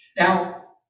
Now